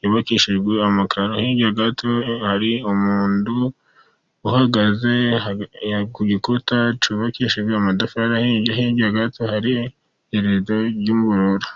yubakishije amakaro, hirya gato hari umuntu uhagaze ku gikuta cyubakishijwe amatafari ahiye , hirya gato hari irido y'ubururu.